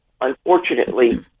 unfortunately